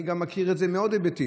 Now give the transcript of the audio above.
אני גם מכיר את זה מעוד היבטים.